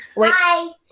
Hi